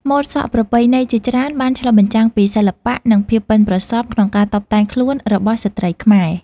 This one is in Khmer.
ម៉ូតសក់ប្រពៃណីជាច្រើនបានឆ្លុះបញ្ចាំងពីសិល្បៈ និងភាពប៉ិនប្រសប់ក្នុងការតុបតែងខ្លួនរបស់ស្ត្រីខ្មែរ។